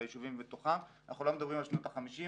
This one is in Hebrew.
אנחנו לא מדברים על שנות ה-50',